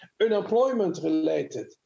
unemployment-related